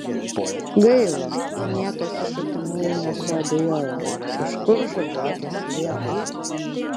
gaila niekas iš artimųjų nesuabejojo iš kur žaliuokės liepą